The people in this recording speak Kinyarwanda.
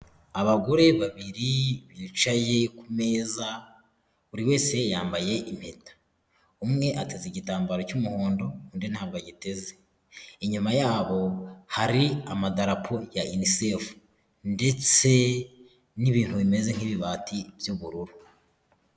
Abagore babiri bicaye ku meza, buri wese yambaye impeta, umwe ateze igitambaro cy'umuhondo undi ntabwo agiteze, inyuma yabo hari amadarapo ya Unicef ndetse n'ibintu bimeze nk'ibibati by'ubururu.